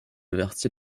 averti